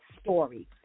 story